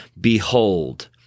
Behold